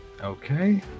Okay